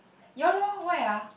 ya loh why ah